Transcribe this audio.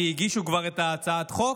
כי הגישו כבר את הצעת החוק,